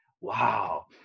wow